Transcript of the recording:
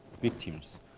victims